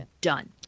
done